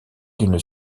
d’une